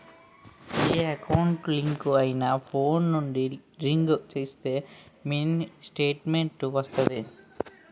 ఏ account link అయినా phone నుండి ring ఇస్తే మినీ స్టేట్మెంట్ వస్తాది